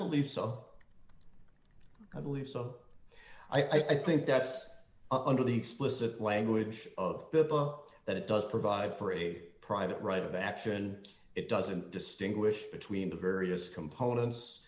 believe so i believe so i think that's under the explicit language of the book that it does provide for a private right of action it doesn't distinguish between the various components